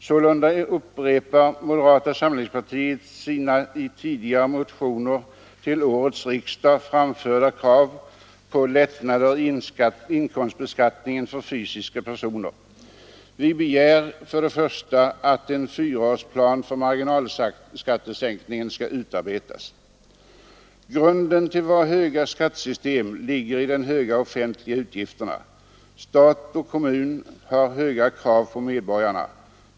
Sålunda upprepar moderata samlingspartiet sina i tidigare motion till årets riksdag framförda krav på lättnader i inkomstbeskattningen för fysiska personer. Vi begär att en fyraårsplan för marginal skattesänkning skall utarbetas. Grunden till vårt höga skattetryck ligger i de höga offentliga utgifterna. Stat och kommun har stora krav på medborgarna.